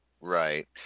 right